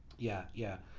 yeah, yeah.